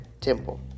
temple